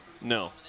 No